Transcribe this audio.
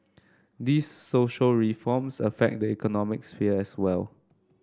these social reforms affect the economic sphere as well